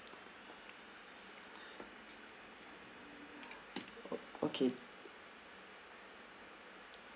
okay